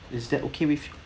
is that okay with you